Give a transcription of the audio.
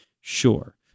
Sure